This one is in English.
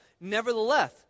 Nevertheless